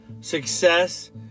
success